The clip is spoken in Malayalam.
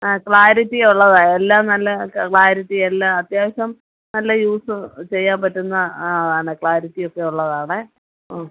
ആ ക്ലാരിറ്റി ഉള്ളതാണ് എല്ലാം നല്ല ക്ലാരിറ്റി എല്ലാം അത്യാവശ്യം നല്ല യൂസ് ചെയ്യാൻ പറ്റുന്ന ആ ആണ് ക്ലാരിറ്റി ഒക്കെ ഉള്ളതാണേ ആ